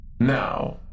Now